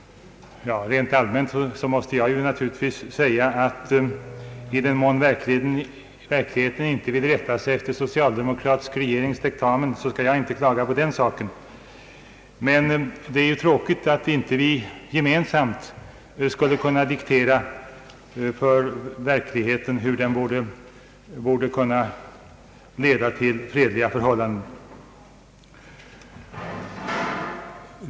Rent allmänt måste jag naturligtvis säga att i den mån verkligheten inte vill rätta sig efter en socialdemokratisk regerings diktamen så skall jag inte klaga på den saken. Men det är tråkigt att vi inte gemensamt skulle kunna diktera för verkligheten hur den borde kunna leda till fredliga förhållanden.